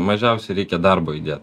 mažiausiai reikia darbo įdėt